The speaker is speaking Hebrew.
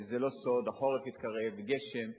זה לא סוד, החורף התקרב, גשם,